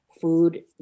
food